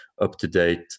up-to-date